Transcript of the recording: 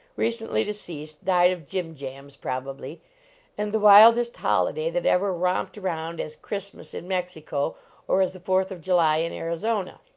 recently deceased died of jimjams, probably and the wildest holiday that ever romped around as christmas in mexico or as the fourth of july in arizona.